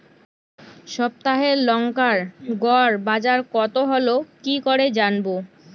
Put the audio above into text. সপ্তাহে লংকার গড় বাজার কতো হলো কীকরে জানবো?